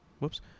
Whoops